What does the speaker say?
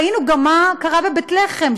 ראינו גם מה קרה בבית לחם,